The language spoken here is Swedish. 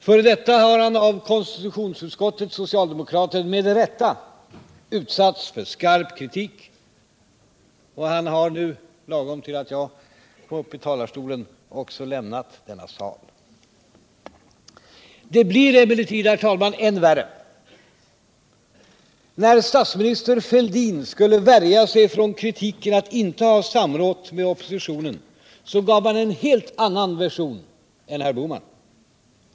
För detta har han med rätta utsatts för skarp kritik av konstitutionsutskottets socialdemokrater, och lagom till att jag gick upp i talarstolen har han också lämnat denna sal. Det blev emellertid, herr talman, än värre. När statsminister Fälldin skulle värja sig för kritiken över att regeringen inte samrått med oppositionen, så gav han en helt annan version än herr Bohman.